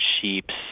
Sheeps